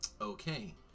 Okay